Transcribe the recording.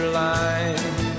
line